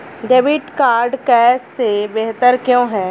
Debit card cash से बेहतर क्यों है?